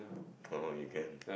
oh you can